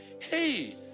Hey